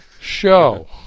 show